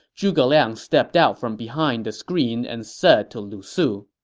zhuge liang stepped out from behind the screen and said to lu su,